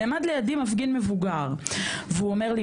נעמד לידי מפגין מבוגר והוא אומר לי,